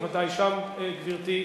ודאי לשם, גברתי,